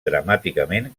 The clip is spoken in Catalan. dramàticament